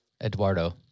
Eduardo